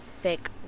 thick